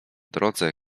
drodze